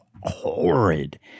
horrid